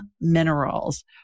Minerals